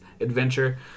adventure